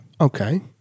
Okay